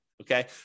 Okay